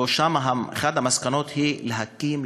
אחת המסקנות שם הייתה להקים,